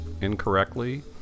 incorrectly